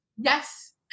Yes